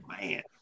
man